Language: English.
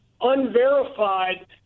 unverified